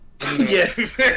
Yes